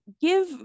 give